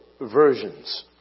versions